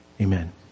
Amen